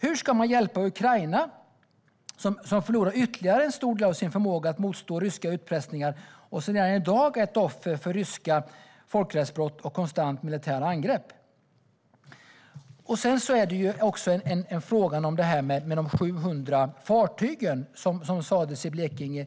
Hur ska man hjälpa Ukraina som förlorar ytterligare en stor del av sin förmåga att motstå rysk utpressning och som redan i dag är offer för ryska folkrättsbrott och konstanta militära angrepp? Vidare har vi frågan om de 700 fartyg som har använts i Blekinge.